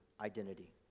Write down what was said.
identity